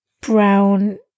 brown